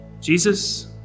Jesus